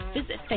visit